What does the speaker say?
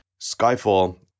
Skyfall